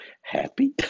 Happy